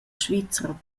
svizra